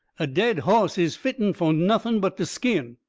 a dead hoss is fitten fo' nothing but to skin.